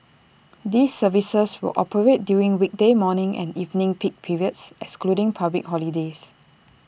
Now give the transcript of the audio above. these services will operate during weekday morning and evening peak periods excluding public holidays